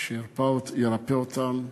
וירפא אותם,